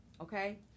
okay